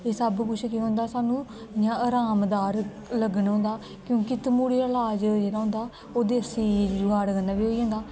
एह सब कुछ के होंदा सानू आरामदार लगन होंदा क्योकि तम्हूड़ी दा जेहड़ा इलाज जेहड़ा होंदा ओह् दैसी कन्ने बी होई जंदा